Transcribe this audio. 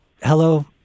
hello